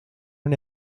non